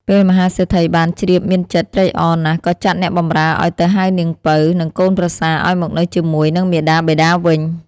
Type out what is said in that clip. ពេលមហាសេដ្ឋីបានជ្រាបមានចិត្តត្រេកអរណាស់ក៏ចាត់អ្នកបម្រើឲ្យទៅហៅនាងពៅ និងកូនប្រសាឲ្យមកនៅជាមួយនឹងមាតាបិតាវិញ។